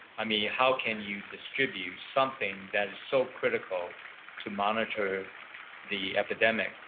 i mean, how can you distribute something that is so critical to monitor the epidemic,